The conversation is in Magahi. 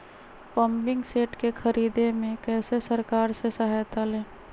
पम्पिंग सेट के ख़रीदे मे कैसे सरकार से सहायता ले?